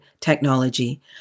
technology